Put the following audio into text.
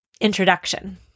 introduction